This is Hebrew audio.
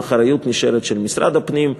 האחריות למתחם נשארת של משרד הפנים,